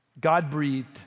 God-breathed